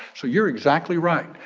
so you're exactly right.